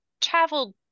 traveled